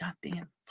Goddamn